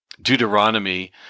Deuteronomy